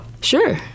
Sure